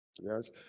Yes